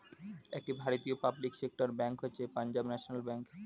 একটি ভারতীয় public sector bank হচ্ছে পাঞ্জাব ন্যাশনাল ব্যাঙ্ক